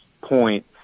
point